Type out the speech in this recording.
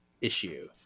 issue